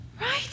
Right